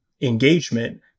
engagement